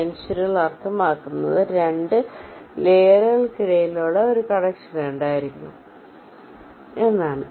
ജംഗ്ഷനുകൾ അർത്ഥമാക്കുന്നത് 2 ലെയറുകൾക്കിടയിൽ ഒരു കണക്ഷൻ ഉണ്ടായിരിക്കണം എന്നാണ്